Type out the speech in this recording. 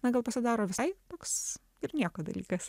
na gal pasidaro visai toks ir nieko dalykas